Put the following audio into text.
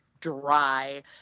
dry